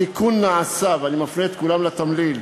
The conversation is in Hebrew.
התיקון נעשה, ואני מפנה את כולם לתמליל.